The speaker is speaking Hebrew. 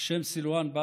השם סילוואן בא